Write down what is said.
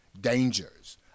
Dangers